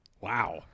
Wow